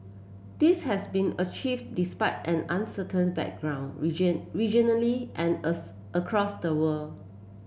this has been achieved despite an uncertain background region regionally and across the world